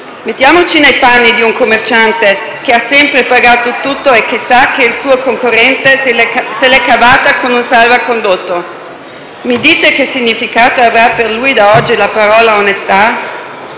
Mettiamoci nei panni di un commerciante che ha sempre pagato tutto e che sa che il suo concorrente se l'è cavata con un salvacondotto. Mi dite che significato avrà per lui da oggi la parola onestà?